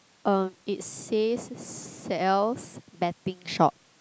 um it says sells betting shop